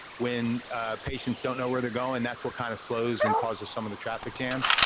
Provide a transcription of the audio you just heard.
when patients don't know where they're going, that's what kind of slows and causes some of the traffic jams.